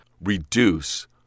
reduce